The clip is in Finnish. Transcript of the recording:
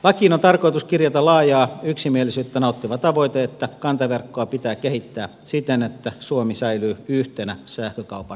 lakiin on tarkoitus kirjata laajaa yksimielisyyttä nauttiva tavoite että kantaverkkoa pitää kehittää siten että suomi säilyy yhtenä sähkökaupan hinta alueena